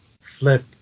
flip